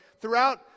throughout